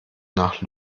nach